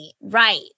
right